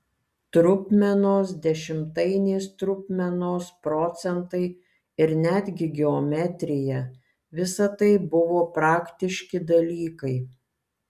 trupmenos dešimtainės trupmenos procentai ir netgi geometrija visa tai buvo praktiški dalykai